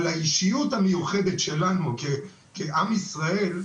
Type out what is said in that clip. על האישיות המיוחדת שלנו כעם ישראל,